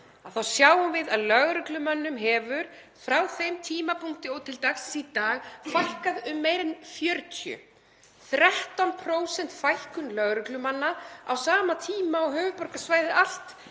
þá sjáum við að lögreglumönnum hefur frá þeim tímapunkti og til dagsins í dag fækkað um meira en 40. Það er 13% fækkun lögreglumanna á sama tíma og höfuðborgarsvæðið allt